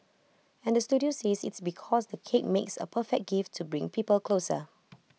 and Studio says it's because the cake makes A perfect gift to bring people closer